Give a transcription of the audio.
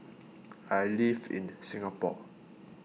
I live in Singapore